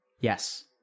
Yes